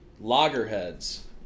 loggerheads